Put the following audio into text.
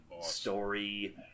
story